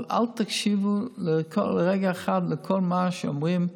אבל אל תקשיבו רגע אחד לכל מה שאומרים,